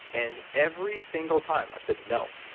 and every single time i've said, no,